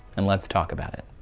and let's talk about it.